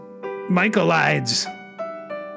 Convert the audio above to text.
Michaelides